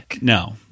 No